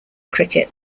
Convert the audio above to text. cricket